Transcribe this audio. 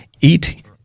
eat